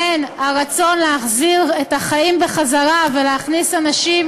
בין הרצון להחזיר את החיים בחזרה ולהכניס אנשים